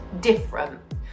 different